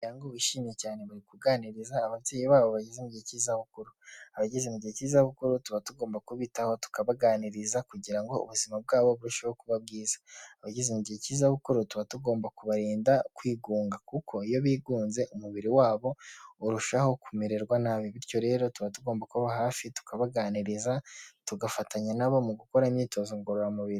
Umuryango wishimye cyane bari kuganiriza ababyeyi babo bageze mu gihe cy'izabukuru, abageze igihe cy’izabukuru tuba tugomba kubitaho tukabaganiriza kugira ngo ubuzima bwabo burusheho kuba bwiza, abageze igihe cy’izabukuru tuba tugomba kubarinda kwigunga kuko iyo bigunze umubiri wabo urushaho kumererwa nabi, bityo rero tuba tugomba kubaba hafi tukabaganiriza tugafatanya na bo mu gukora imyitozo ngororamubiri.